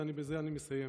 ובזה אני מסיים: